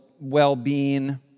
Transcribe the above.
well-being